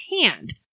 hand